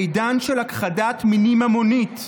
בעידן של הכחדת מינים המונית,